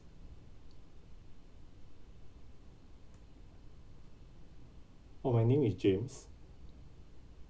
oh my name is james